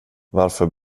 varför